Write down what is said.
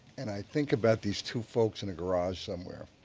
and i think about these two folks in a garage somewhere,